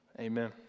Amen